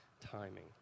timing